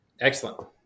Excellent